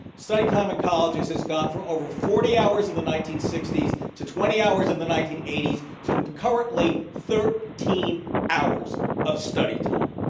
time in colleges has gone from over forty hours in the nineteen sixty s to twenty hours in the nineteen eighty s to currently thirteen hours of study time.